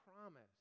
promise